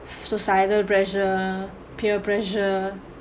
suicidal pressure peer pressure